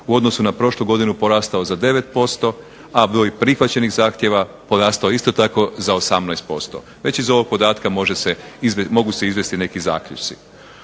u odnosu na prošlu godinu porastao za 9%, a broj prihvaćenih zahtjeva porastao je isto tako za 18%. Već iz ovog podatka mogu se izvesti neki zaključci.